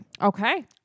Okay